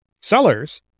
sellers